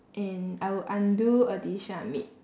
and I will undo a decision I made